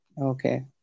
Okay